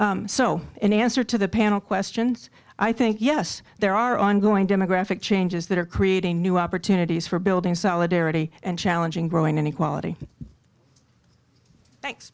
so in answer to the panel questions i think yes there are ongoing demographic changes that are creating new opportunities for building solidarity and challenging growing inequality thanks